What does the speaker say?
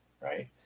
right